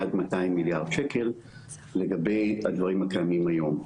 עד 200 מיליארד שקל לגבי הדברים הקיימים היום.